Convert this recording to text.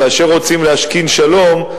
כאשר רוצים להשכין שלום,